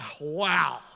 Wow